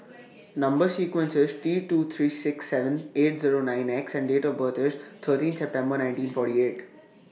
Number sequence IS T two three six seven eight Zero nine X and Date of birth IS thirteen September nineteen forty eight